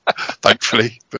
thankfully